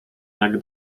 jak